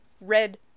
red